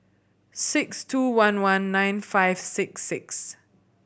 six two one one nine five six six